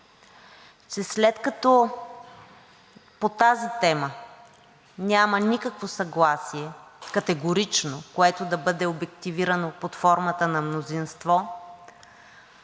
след като по тази тема няма никакво категорично съгласие, което да бъде обективирано под формата на мнозинство,